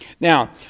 now